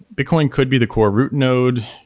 bitcoin could be the core root node,